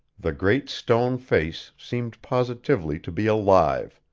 the great stone face seemed positively to be alive.